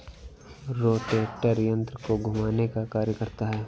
rotator यन्त्र को घुमाने का कार्य करता है